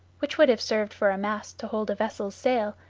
which would have served for a mast to hold a vessel's sail,